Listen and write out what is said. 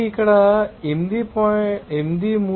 కాబట్టి ఇక్కడ 833